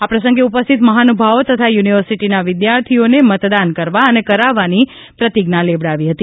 આ પ્રસંગે ઉપસ્થિત મહાનુભાવો તથા યુનિવર્સિટીના વિદ્યાર્થીઓને મતદાન કરવા અને કરાવવાની પ્રતિજ્ઞા લેવડાવી છે